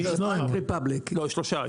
יש שניים --- לא, שלושה.